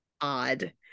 odd